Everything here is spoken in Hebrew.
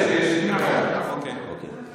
במקרה כזה, שיש, אוקיי, בבקשה.